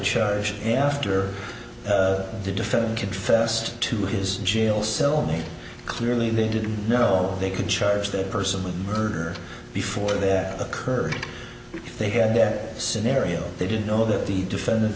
charge after the defendant confessed to his jail cell mate clearly they didn't know they could charge that person with murder before their occurred if they had that scenario they didn't know that the defendant